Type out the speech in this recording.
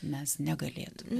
mes negalėtume